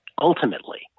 ultimately